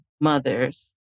mothers